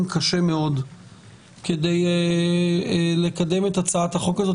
קשה מאוד כדי לקדם את הצעת החוק האת.